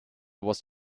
was